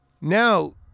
now